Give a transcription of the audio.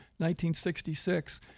1966